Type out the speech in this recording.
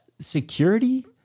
Security